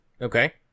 Okay